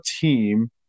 team